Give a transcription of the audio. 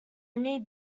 need